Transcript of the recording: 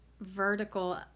vertical